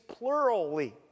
plurally